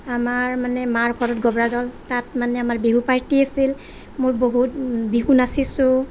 আমাৰ মানে মাৰ ঘৰত গব্ৰাদল তাত মানে আমাৰ বিহু পাৰ্টি আছিল মই বহুত বিহু নাচিছোঁ